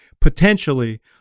potentially